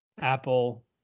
apple